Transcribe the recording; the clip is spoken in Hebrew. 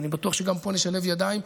ואני בטוח שגם פה נשלב ידיים,